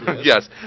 Yes